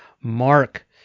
Mark